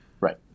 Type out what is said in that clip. Right